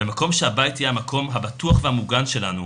במקום שהבית יהיה המקום הבטוח והמוגן שלנו,